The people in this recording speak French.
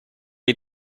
est